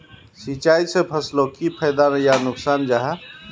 सिंचाई से फसलोक की फायदा या नुकसान जाहा?